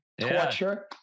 torture